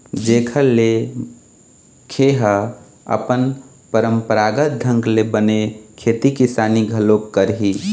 जेखर ले खे ह अपन पंरापरागत ढंग ले बने खेती किसानी घलोक करही